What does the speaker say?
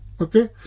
Okay